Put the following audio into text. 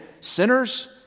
sinners